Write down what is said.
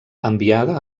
enviada